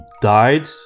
died